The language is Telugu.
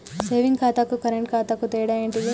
సేవింగ్ ఖాతాకు కరెంట్ ఖాతాకు తేడా ఏంటిది?